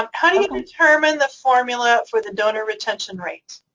um how do you determine the formula for the donor retention rates?